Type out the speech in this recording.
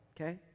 okay